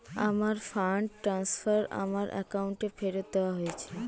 আমার fund transfer আমার অ্যাকাউন্টে ফেরত দেওয়া হয়েছে